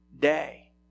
day